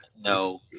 No